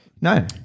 No